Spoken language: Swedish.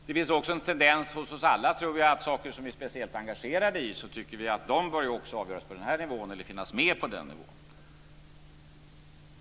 Det finns också en tendens hos oss alla att tycka att saker som vi är speciellt engagerade i bör avgöras på den här nivån eller finnas med på den nivån.